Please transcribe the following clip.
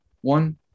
one